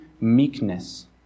meekness